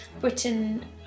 Britain